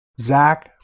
Zach